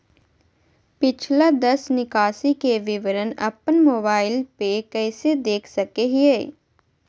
पिछला दस निकासी के विवरण अपन मोबाईल पे कैसे देख सके हियई?